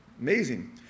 Amazing